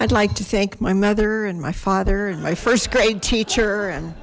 i'd like to thank my mother and my father and my first grade teacher and